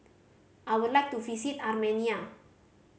I would like to visit Armenia